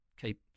keep